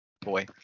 Boy